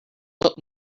what